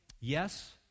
yes